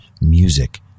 music